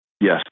Yes